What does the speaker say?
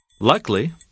Luckily